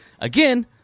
Again